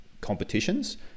competitions